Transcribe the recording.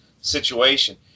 situation